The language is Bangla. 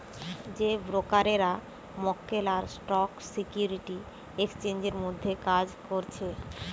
যেই ব্রোকাররা মক্কেল আর স্টক সিকিউরিটি এক্সচেঞ্জের মধ্যে কাজ করছে